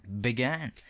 began